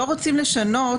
לגבי לא רוצים לשנות,